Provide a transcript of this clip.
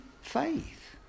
Faith